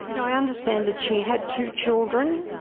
you know i understand that she had two children?